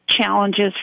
Challenges